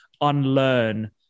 unlearn